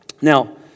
Now